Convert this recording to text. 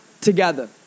together